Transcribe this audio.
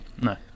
No